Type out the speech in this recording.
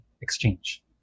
exchange